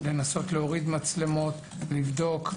להוריד מצלמות, לבדוק.